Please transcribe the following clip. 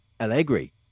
Allegri